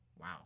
Wow